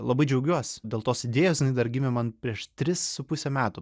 labai džiaugiuos dėl tos idėjos dar gimė man prieš tris su puse metų